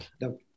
no